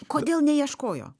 kodėl neieškojo